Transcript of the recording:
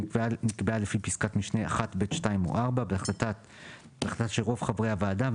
שנקבעה לפי פסקה משנה (1)(ב)(2) או (4) בהחלטה של רוב חברי הוועדה,